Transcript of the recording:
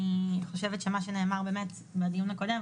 אני חושבת שמה שנאמר באמת בדיון הקודם,